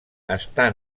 està